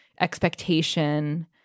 expectation